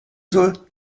soll